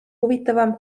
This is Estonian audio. huvitavam